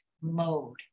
mode